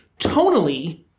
tonally